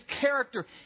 character